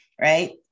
right